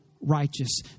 righteous